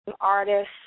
artist